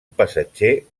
passatger